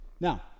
Now